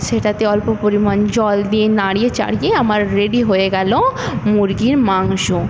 সেটাতে অল্প পরিমাণ জল দিয়ে নাড়িয়ে চাড়িয়ে আমার রেডি হয়ে গেল মুরগির মাংস